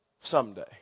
someday